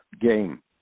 game